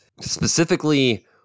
specifically